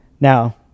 Now